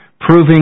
Proving